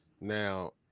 now